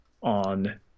on